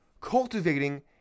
cultivating